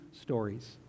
stories